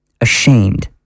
Ashamed